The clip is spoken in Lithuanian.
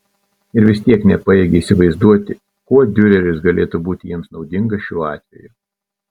ir vis tiek nepajėgė įsivaizduoti kuo diureris galėtų būti jiems naudingas šiuo atveju